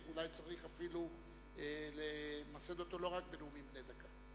ואולי צריך אפילו למסד אותו לא רק בנאומים בני דקה.